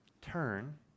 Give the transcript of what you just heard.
turn